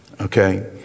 Okay